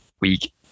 week